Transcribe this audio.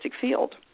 field